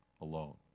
alone